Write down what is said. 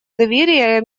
доверия